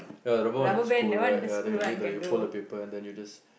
ya the boy will scold right then you make the you fold the paper and then you just